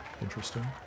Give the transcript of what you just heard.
interesting